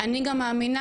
אני גם מאמינה,